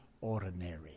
ordinary